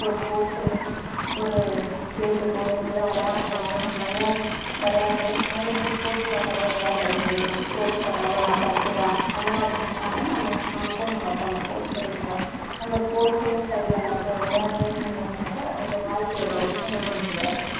ஒரு ஸ்போர்ட்ஸில் வந்து ஒரு ஸ்டேட்டு போய் எங்காவது விளையாடப் போனாலும் நல்ல விளையாண்டு அதில் வந்து ஸ்போர்ட்ஸ் கோட்டாவில வேலை கிடச்சிது நம்ம ஸ்போர்ட்ஸ் கோட்டாவில நான் படிக்கிறேன் அந்த மாரி சொன்னால் வந்து நம்ம நமக்கும் நம்ம அப்பா அம்மாக்கும் பெருமை தான் நம்ப ஸ்போர்ட்ஸ்லையும் சரியாக இல்லாத விளையாட்டுலையும் சரியாக இல்லாத நம்ப வாழ்க்கையை தொலைச்சிட்டு நிற்க முடியாது